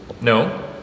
No